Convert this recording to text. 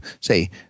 say